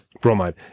Bromide